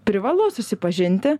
privalu susipažinti